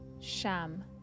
Sham